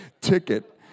ticket